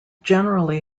generally